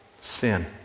sin